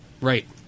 right